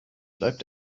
bleibt